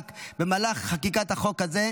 רק במהלך חקיקת החוק הזה,